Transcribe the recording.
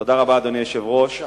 תודה רבה, אדוני היושב-ראש.